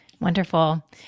Wonderful